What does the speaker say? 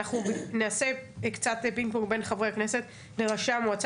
אנחנו נעשה קצת פינג-פונג בין חברי הכנסת לראשי המועצות.